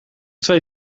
twee